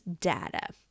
data